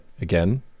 again